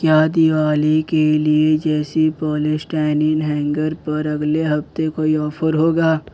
क्या दिवाली के लिए जैसी पॉलीस्टाइनिन हैंगर पर अगले हफ़्ते कोई ऑफर होगा